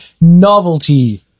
novelty